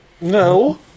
No